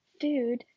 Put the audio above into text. food